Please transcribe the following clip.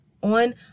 on